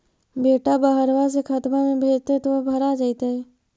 बेटा बहरबा से खतबा में भेजते तो भरा जैतय?